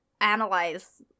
analyze